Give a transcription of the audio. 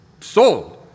sold